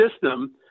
system